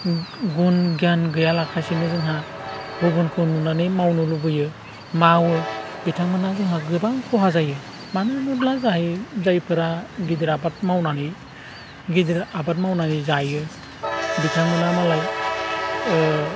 गुन गियान गैया लासिनो जोंहा गुबुनखौ नुनानै मावनो लुबैयो मावो बिथांमोनहा जोंहा गोबां खहा जायो मानोहोनब्ला जायफोरा गिदिर आबाद मावनानै गिदिर आबाद मावनानै जायो बिथांमोनहा मालाय